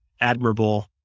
admirable